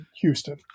Houston